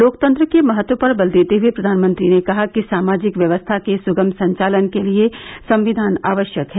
लोकतंत्र के महत्व पर बल देते हए प्रधानमंत्री ने कहा कि सामाजिक व्यवस्था के सुगम संचालन के लिए संविधान आवश्यक है